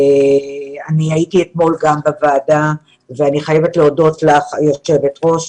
אני הייתי אתמול בישיבת הוועדה ואני חייבת להודות לך היושבת ראש